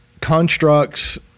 constructs